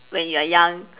when you are young